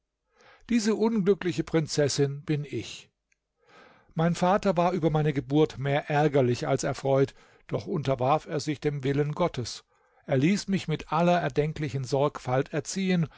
diese unglückliche prinzessin bin ich mein vater war über meine geburt mehr ärgerlich als erfreut doch unterwarf er sich dem willen gottes er ließ mich mit aller erdenklichen sorgfalt erziehen